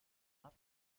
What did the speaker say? not